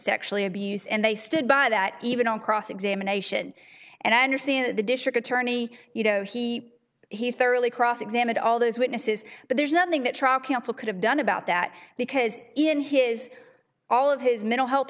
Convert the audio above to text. sexually abused and they stood by that even on cross examination and i understand the district attorney you know he he thoroughly cross examined all those witnesses but there's nothing that trial counsel could have done about that because in his all of his mental health